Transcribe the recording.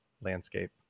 landscape